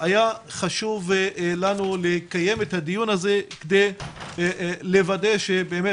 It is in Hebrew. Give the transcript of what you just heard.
היה חשוב לנו לקיים את הדיון כדי לוודא שבאמת